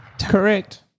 Correct